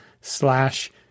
slash